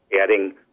adding